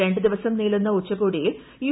രണ്ട് ദിവസം നീളുന്ന ഉച്ചകോടിയിൽ യു